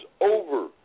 over